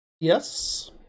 Yes